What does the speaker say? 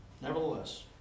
nevertheless